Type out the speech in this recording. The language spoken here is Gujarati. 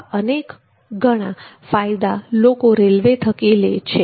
આવા અનેક ઘણા ફાયદા લોકો રેલવે થકી લે છે